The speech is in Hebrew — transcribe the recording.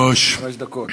חמש דקות.